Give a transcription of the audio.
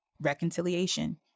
reconciliation